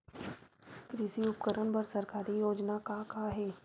कृषि उपकरण बर सरकारी योजना का का हे?